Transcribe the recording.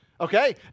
Okay